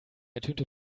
ertönte